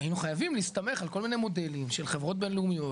היינו חייבים להסתמך על כל מיני מודלים של חברות בינלאומיות,